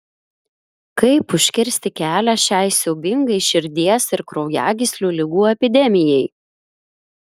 kaip užkirsti kelią šiai siaubingai širdies ir kraujagyslių ligų epidemijai